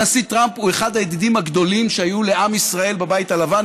הנשיא טראמפ הוא אחד הידידים הגדולים שהיו לעם ישראל בבית הלבן,